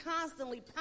constantly